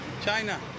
China